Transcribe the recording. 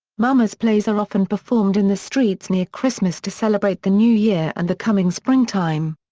mummers plays are often performed in the streets near christmas to celebrate the new year and the coming springtime.